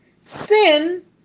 Sin